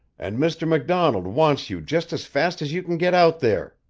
and mr. macdonald wants you just as fast as you can get out there,